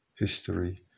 history